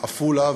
בעפולה,